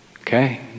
Okay